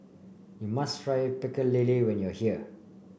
you must try Pecel Lele when you are here